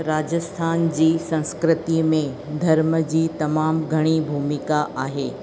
राजस्थान जी संस्कृति में धर्म जी तमामु घणी भूमिका आहे